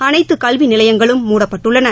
அனைத்து கல்வி நிலையங்களும் மூடப்பட்டுள்ளன